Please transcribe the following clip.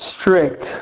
strict